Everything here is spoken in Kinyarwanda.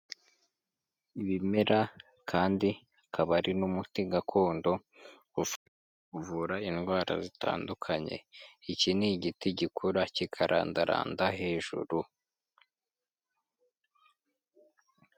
Ibimera kandi akaba ari n'umuti gakondo uvura indwara zitandukanye, iki ni igiti gikura kikarandaranda hejuru.